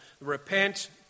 repent